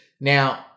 Now